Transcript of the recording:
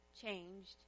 changed